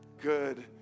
good